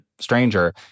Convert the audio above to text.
stranger